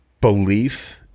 belief